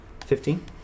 Fifteen